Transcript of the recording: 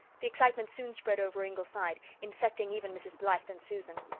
the excitement soon spread over ingleside, infecting even mrs. blythe and susan.